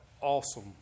awesome